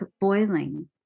boiling